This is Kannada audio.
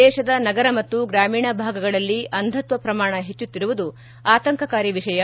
ದೇಶದ ನಗರ ಮತ್ತು ಗ್ರಾಮೀಣ ಭಾಗಗಳಲ್ಲಿ ಅಂಧತ್ವ ಪ್ರಮಾಣ ಹೆಚ್ಚುತ್ತಿರುವುದು ಆತಂಕಕಾರಿ ವಿಷಯ